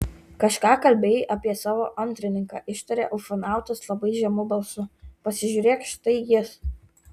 kažką kalbėjai apie savo antrininką ištarė ufonautas labai žemu balsu pasižiūrėk štai jis